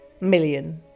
million